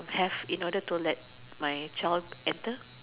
have in order to let my child enter